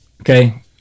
Okay